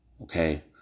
Okay